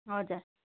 हजुर हजुर